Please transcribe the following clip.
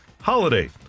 holiday